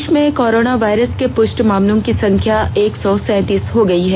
देश में corona virus के पुष्ट मामलों की संख्या एक सौ सैंतिस हो गई है